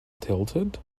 tilted